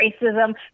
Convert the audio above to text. racism